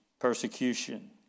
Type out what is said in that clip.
persecution